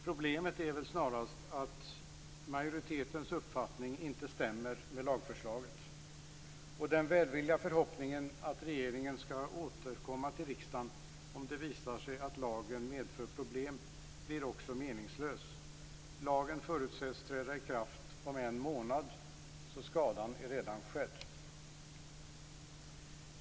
Problemet är väl snarast att majoritetens uppfattning inte stämmer med lagförslaget. Den välvilliga förhoppningen att regeringen skall återkomma till riksdagen, om det visar sig att lagen medför problem, blir också meningslös. Lagen förutsätts träda i kraft om en månad. Så skadan är redan skedd.